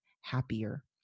happier